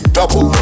double